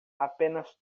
apenas